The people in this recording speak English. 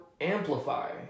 amplify